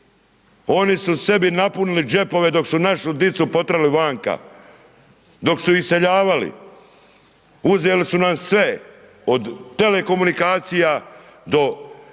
Oni su se sebi napunili džepove dok su našu djecu potjerali vanka, dok su iseljavali. Uzeli su nam sve, od telekomunikacija do luke